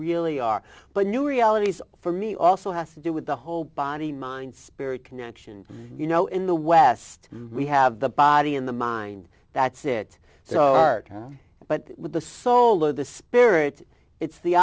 really are but new realities for me also has to do with the whole body mind spirit connection you know in the west we have the body in the mind that's it so art but with the soul of the spirit it's the